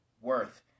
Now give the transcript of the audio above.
worth